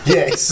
Yes